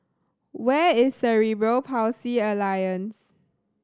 where is Cerebral Palsy Alliance